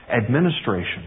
administration